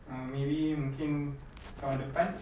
or maybe mungkin tahun depan